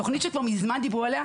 תוכנית שכבר מזמן דיברו עליה.